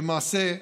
למעשה,